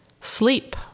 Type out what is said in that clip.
sleep